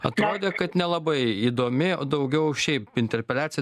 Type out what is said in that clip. atrodė kad nelabai įdomi o daugiau šiaip interpeliacija